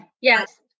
yes